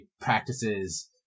practices